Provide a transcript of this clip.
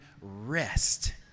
rest